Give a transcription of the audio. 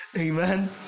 amen